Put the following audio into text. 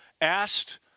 asked